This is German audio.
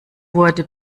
wurde